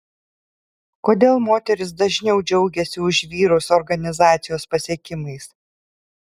kodėl moterys dažniau džiaugiasi už vyrus organizacijos pasiekimais